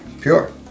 Pure